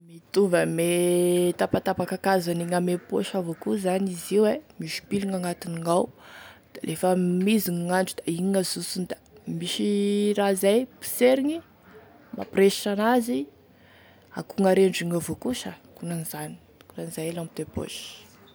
Mitovy ame tapatapakakazo aniny ame paosy avao koa zany izy io e, misy pila agnatignao da lefa mizigny gn'andro da igny gn'azosogny da misy raha zay poserigny mampiresitry an'azy akoa gn'arendrigny avao koa sa ankonan'izany ankonan'izay lampe de poche.